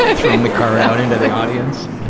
ah throwing the card out into the audience.